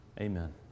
Amen